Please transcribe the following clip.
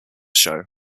show